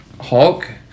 Hulk